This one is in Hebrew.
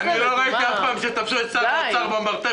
לא ראיתי אף פעם שתפסו את שר האוצר במרתף